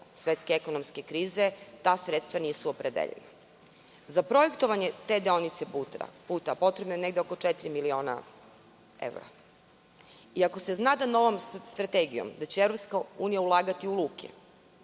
svetske ekonomske krize ta sredstva nisu opredeljena.Za projektovanje te deonice puta potrebno je negde oko 4.000.000 evra, iako se zna da će novom strategijom EU ulagati u luke,